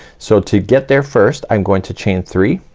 so to get there first, i'm going to chain three.